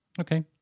okay